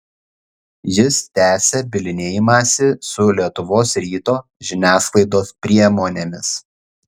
jis tęsia bylinėjimąsi su lietuvos ryto žiniasklaidos priemonėmis